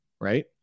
right